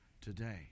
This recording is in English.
today